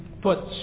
put